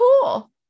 cool